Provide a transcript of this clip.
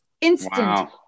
instant